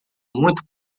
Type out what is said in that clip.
muito